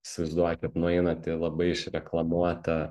įsivaizduokit nueinat į labai išreklamuotą